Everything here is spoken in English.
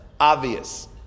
obvious